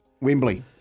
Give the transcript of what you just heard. Wembley